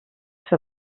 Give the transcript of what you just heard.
für